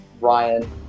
Ryan